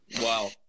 wow